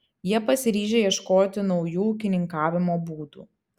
jie pasiryžę ieškoti naujų ūkininkavimo būdų